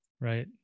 right